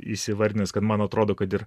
įsivardinęs kad man atrodo kad ir